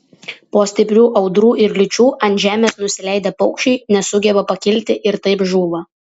po stiprių audrų ir liūčių ant žemės nusileidę paukščiai nesugeba pakilti ir taip žūva